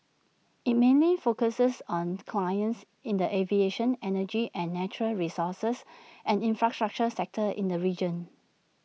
IT mainly focuses on clients in the aviation energy and natural resources and infrastructure sectors in the region